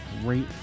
great